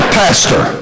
pastor